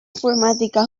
informàtica